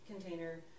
container